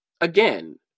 again